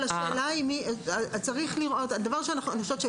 דבר ראשון,